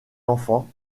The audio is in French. enfant